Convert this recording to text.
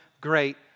great